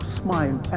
smile